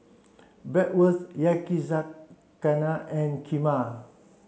Bratwurst Yakizakana and Kheema